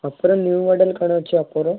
ଓପୋରେ new model କ'ଣ ଅଛି offer